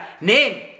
name